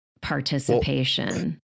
participation